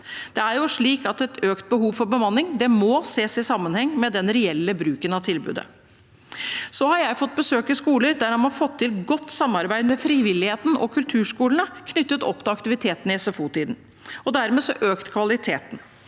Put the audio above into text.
Det er slik at økt behov for bemanning må ses i sammenheng med den reelle bruken av tilbudet. Jeg har fått besøke skoler som har fått til et godt samarbeid med frivilligheten og kulturskolene knyttet opp til aktivitet i SFO-tiden og dermed økt kvaliteten.